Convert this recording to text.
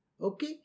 Okay